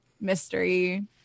mystery